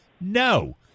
No